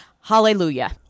hallelujah